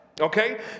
okay